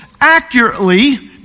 accurately